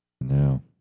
No